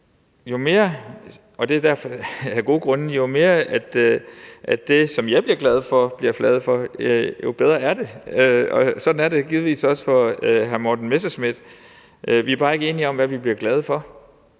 jo mere der bliver flaget for det, jeg bliver glad for, jo bedre er det. Sådan er det givetvis også for hr. Morten Messerschmidt. Vi er bare ikke enige om, hvad vi bliver glade for.